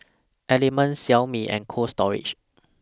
Element Xiaomi and Cold Storage